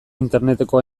interneteko